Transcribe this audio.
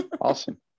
Awesome